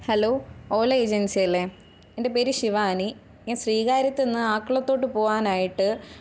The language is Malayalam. ഹലോ ഓല ഏജൻസിയല്ലേ എൻ്റെ പേര് ശിവാനി ഞാൻ ശ്രീകാര്യത്തു നിന്ന് ആക്കുളത്തോട്ട് പോവാനായിട്ട്